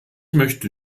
möchte